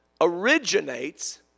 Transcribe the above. originates